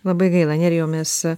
labai gaila nerijau mes